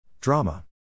Drama